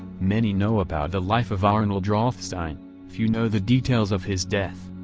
many know about the life of arnold rothstein few know the details of his death.